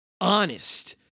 honest